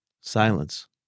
Silence